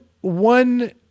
one